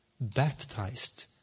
baptized